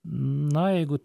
na jeigu